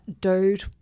dude